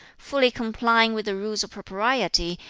fully complying with the rules of propriety,